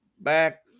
back